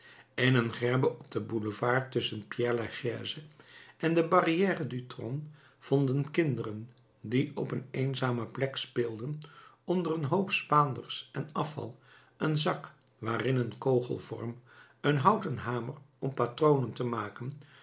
in een grebbe op den boulevard tusschen père lachaise en de barrière du trône vonden kinderen die op een eenzame plek speelden onder een hoop spaanders en afval een zak waarin een kogelvorm een houten hamer om patronen te maken